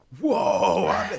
whoa